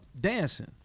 dancing